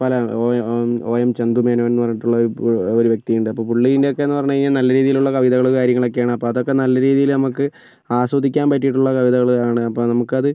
പല O N O N Chandu Menon എന്ന് പറഞ്ഞിട്ടുള്ളൊരു ഒരു വ്യക്തി ഉണ്ട് അപ്പോൾ പുള്ളിൻ്റെ ഒക്കെ എന്ന് പറഞ്ഞു കഴിഞ്ഞാല് നല്ല രീതിയിലുള്ള കവിതകൾ കാര്യങ്ങളൊക്കെയാണ് അപ്പോൾ അതൊക്കെ നല്ല രീതിയിൽ നമുക്ക് ആസ്വദിക്കാൻ പറ്റിയിട്ടുള്ള കവിതകളാണ് അപ്പോൾ നമുക്കത്